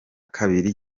kabiri